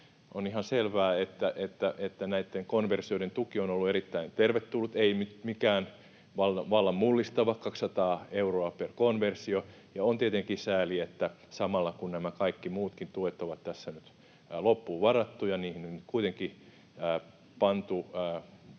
On ihan selvää, että näitten konversioiden tuki on ollut erittäin tervetullut — ei nyt mikään vallan mullistava, 200 euroa per konversio — ja on tietenkin sääli, että samalla kun nämä kaikki muutkin tuet ovat tässä nyt loppuun varattuja, nyt tätä